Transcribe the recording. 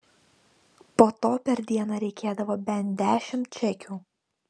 po to per dieną reikėdavo bent dešimt čekių